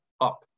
up